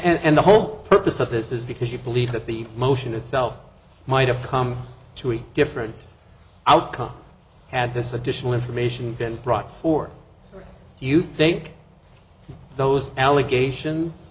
and the whole purpose of this is because you believe that the motion itself might have come to a different outcome had this additional information been brought for you think those allegations